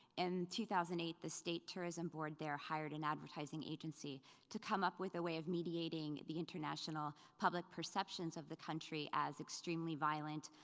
in two thousand and eight the state tourism board there hired an advertising agency to come up with a way of mediating the international public perceptions of the country as extremely violent,